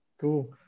Cool